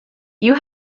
you